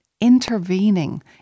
intervening